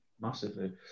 Massively